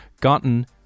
gotten